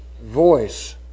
voice